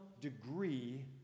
degree